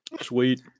Sweet